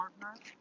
partner